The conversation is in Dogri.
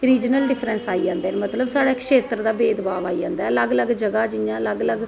रिज़नल डिफ्रैंस आई जंदे मतलव साढ़े क्षेत्र दा भेद भाव आई जंदा ऐ अलग अलग जगह् जियां अलग अलग